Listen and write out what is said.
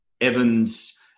Evans